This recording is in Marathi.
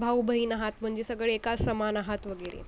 भाऊ बहीण आहात म्हणजे सगळे एका समान आहात वगैरे